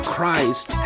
Christ